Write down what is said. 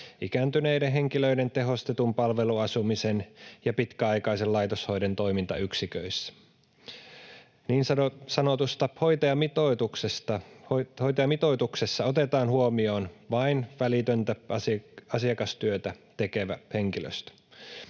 ikääntyneiden henkilöiden tehostetun palveluasumisen ja pitkäaikaisen laitoshoidon toimintayksiköissä. Niin sanotussa hoitajamitoituksessa otetaan huomioon vain välitöntä asiakastyötä tekevä henkilöstö.